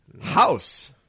House